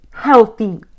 healthy